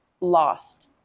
lost